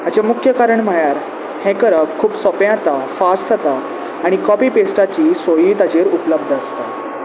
हाचें मुख्य कारण म्हळ्यार हें करप खूब सोंपें जाता फास्ट जाता आनी कॉपी पेस्टाची सोयी ताचेर उपलब्ध आसता